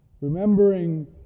Remembering